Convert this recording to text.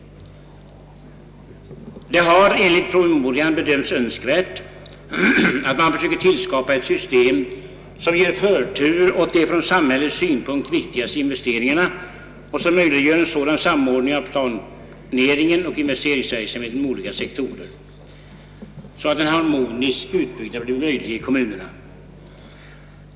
Det har enligt promemorian bedömts önskvärt, att man försöker tillskapa ett system, som ger förtur åt de från samhällets synpunkt viktigaste investeringarna och som möjliggör en sådan samordning av planeringen och investeringsverksamheten inom olika sektorer, att en har monisk utbyggnad blir möjlig i kommunerna.